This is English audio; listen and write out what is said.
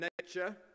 nature